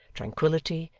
tranquillity,